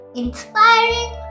inspiring